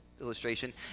illustration